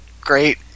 great